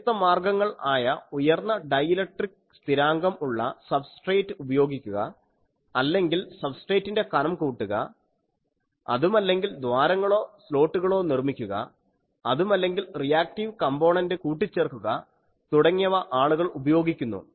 വ്യത്യസ്ത മാർഗങ്ങൾ ആയ ഉയർന്ന ഡൈയിലക്ട്രിക് സ്ഥിരാങ്കം ഉള്ള സബ്സ്ട്രേറ്റ് ഉപയോഗിക്കുക അല്ലെങ്കിൽ സബ്സ്ട്രൈറ്റിന്റെ കനം കൂട്ടുക അതുമല്ലെങ്കിൽ ദ്വാരങ്ങളോ സ്ലോട്ടുകളോ നിർമ്മിക്കുക അതുമല്ലെങ്കിൽ റിയാക്ടീവ് കമ്പോണന്റുകൾ കൂട്ടിച്ചേർക്കുക തുടങ്ങിയവ ആളുകൾ ഉപയോഗിക്കുന്നു